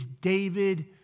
David